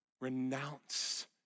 renounce